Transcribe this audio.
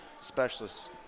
specialists